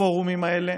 בפורומים האלה: